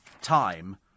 time